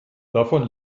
davon